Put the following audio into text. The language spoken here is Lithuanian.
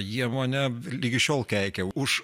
jie mane ligi šiol keikia už